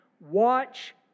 watch